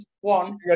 One